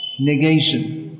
negation